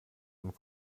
einem